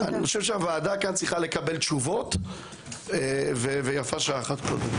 הוועדה צריכה לקבל תשובות ויפה שעה אחת קודם.